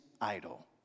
idol